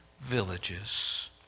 villages